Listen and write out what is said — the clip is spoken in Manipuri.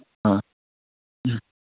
ꯑꯥ ꯑꯥ